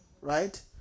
right